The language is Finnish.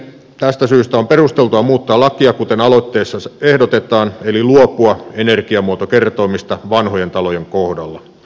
tästä syystä on perusteltua muuttaa lakia kuten aloitteessa ehdotetaan eli luopua energiamuotokertoimista vanhojen talojen kohdalla